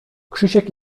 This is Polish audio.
krzysiek